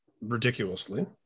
ridiculously